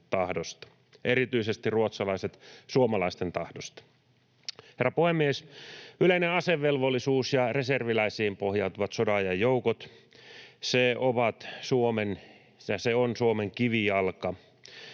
erityisesti ruotsalaiset suomalaisten tahdosta. Herra puhemies! Yleinen asevelvollisuus ja reserviläisiin pohjautuvat sodanajan joukot ovat Suomen kivijalka.